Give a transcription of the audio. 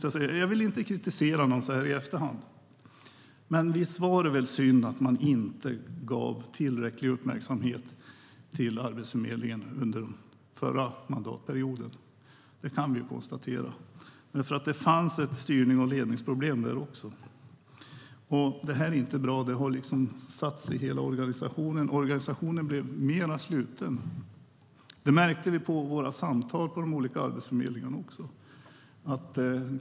Jag vill inte kritisera någon så här i efterhand, men visst var det väl synd att man inte gav tillräcklig uppmärksamhet till Arbetsförmedlingen under förra mandatperioden? Det kan vi väl konstatera. Det fanns ett styrnings och ledningsproblem då också. Det här är inte bra. Det har liksom satt sig i hela organisationen. Organisationen blev mer sluten. Det märkte vi i våra samtal med de olika arbetsförmedlingarna.